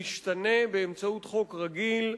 משתנה באמצעות חוק רגיל,